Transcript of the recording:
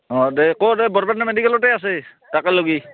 অঁ দে ক'ত বৰপেটা মেডিকেলতে আছে